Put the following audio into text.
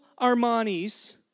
Armani's